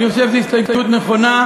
אני חושב שזו הסתייגות נכונה.